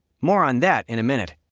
more on that in a minute.